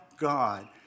God